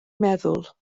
meddwl